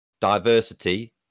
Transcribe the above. diversity